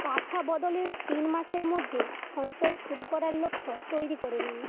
বাসা বদলের তিন মাসের মধ্যে সঞ্চয় শুরু করার লক্ষ্য তৈরি করে নিন